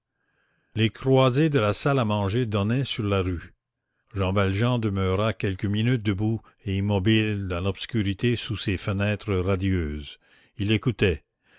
les croisées de la salle à manger donnaient sur la rue jean valjean demeura quelques minutes debout et immobile dans l'obscurité sous ces fenêtres radieuses il écoutait